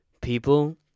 People